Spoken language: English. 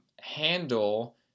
handle